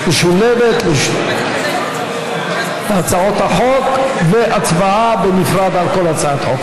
משולבת לשתי הצעות החוק וההצבעה בנפרד על כל הצעת חוק.